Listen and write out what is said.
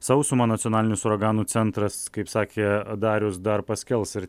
sausumą nacionalinis uraganų centras kaip sakė darius dar paskelbs ir